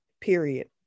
period